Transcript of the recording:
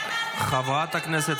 אתם מקבלים את הרוב מתי שנוח לכם?